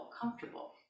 comfortable